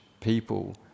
people